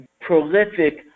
prolific